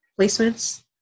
placements